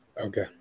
Okay